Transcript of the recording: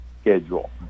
schedule